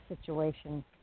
situation